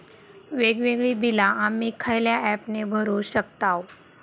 वेगवेगळी बिला आम्ही खयल्या ऍपने भरू शकताव?